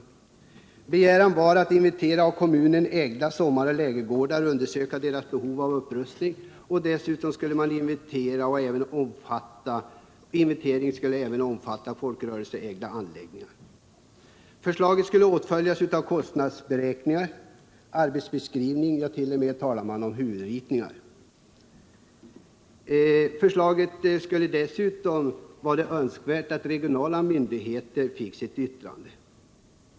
Det innehöll en begäran om en inventering av av kommunen ägda sommaroch lägergårdar och en undersökning av deras behov av upprustning. Inventeringen skulle även omfatta folkrörelseägda anläggningar. Förslaget skulle åtföljas av kostnadsberäkningar och arbetsbeskrivningar, man talade t.o.m. om huvudritningar. Dessutom var det önskvärt att kommunala myndigheter yttrade sig över förslaget.